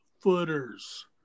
Footers